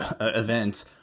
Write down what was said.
events